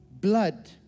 blood